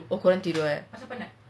oh korang tidur eh